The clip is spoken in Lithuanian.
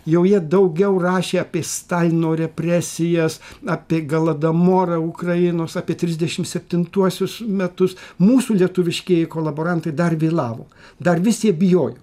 jau jie daugiau rašė apie stalino represijas apie galadamuorą ukrainos apie trisdešim septintuosius metus mūsų lietuviškieji kolaborantai dar vėlavo dar vis jie bijojo